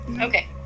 Okay